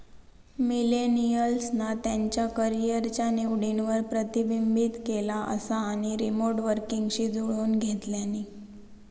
मिलेनियल्सना त्यांच्या करीयरच्या निवडींवर प्रतिबिंबित केला असा आणि रीमोट वर्कींगशी जुळवुन घेतल्यानी